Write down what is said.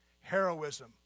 heroism